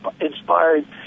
inspired